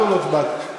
שמח